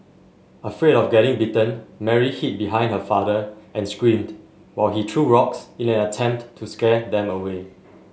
afraid of getting bitten Mary hid behind her father and screamed while he threw rocks in an attempt to scare them away